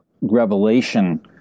revelation